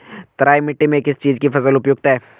तराई मिट्टी में किस चीज़ की फसल उपयुक्त है?